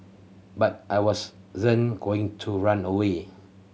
but I was going to run away